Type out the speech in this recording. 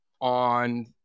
on